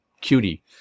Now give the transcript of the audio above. cutie